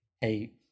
Hey